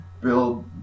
Build